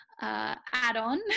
add-on